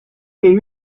est